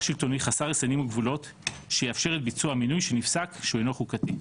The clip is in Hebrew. שלטוני חסר רסנים וגבולות שיאפשר את ביצוע המינוי שנפסק שהוא אינו חוקתי.